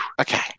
okay